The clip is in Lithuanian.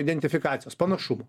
identifikacijos panašumų